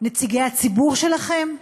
נציגי הציבור שלכם,